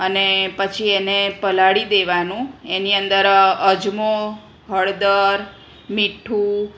અને પછી એને પલાળી દેવાનું એની અંદર અજમો હળદર મીઠું